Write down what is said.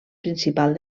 principal